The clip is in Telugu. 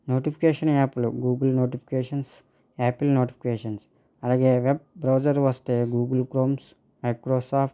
నోటిఫికేషన్ యాప్లు గూగుల్ నోటిఫికేషన్స్ ఆపిల్ నోటిఫికేషన్స్ అలాగే వెబ్ బ్రౌజర్ వస్తే గూగుల్ క్రోమ్ మైక్రోసాఫ్ట్